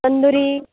tandoori